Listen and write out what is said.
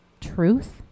truth